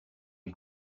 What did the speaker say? lui